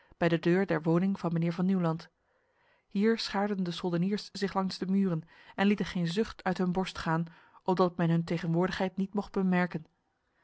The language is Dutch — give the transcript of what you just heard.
bij de deur der woning van mijnheer van nieuwland hier schaarden de soldeniers zich langs de muur en lieten geen zucht uit hun borst gaan opdat men hun tegenwoordigheid niet mocht bemerken